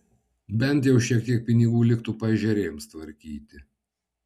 bent jau šiek tiek pinigų liktų paežerėms tvarkyti